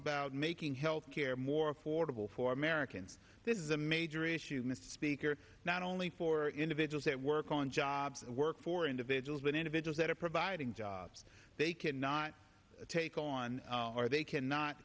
about making health care more affordable for americans this is a major issue misspeak are not only for individuals that work on jobs and work for individuals and individuals that are providing jobs they cannot take on are they cannot